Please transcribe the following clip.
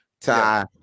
tie